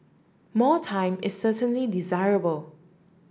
more time is certainly desirable